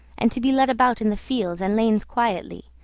and to be led about in the fields and lanes quietly,